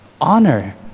honor